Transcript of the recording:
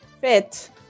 fit